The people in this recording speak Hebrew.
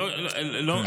לא מוסרים את המדידות.